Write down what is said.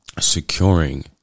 Securing